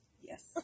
Yes